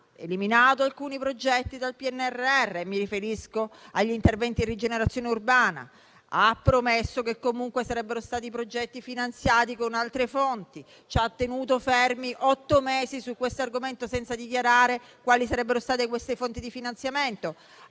ha eliminato alcuni progetti dal PNRR. Mi riferisco agli interventi di rigenerazione urbana; ha promesso che comunque i progetti sarebbero stati finanziati con altre fonti; ci ha tenuti fermi otto mesi su questo argomento senza dichiarare quali sarebbero state queste fonti di finanziamento;